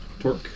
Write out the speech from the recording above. Torque